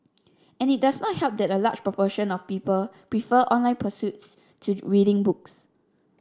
and it does not help that a large proportion of people prefer online pursuits to reading books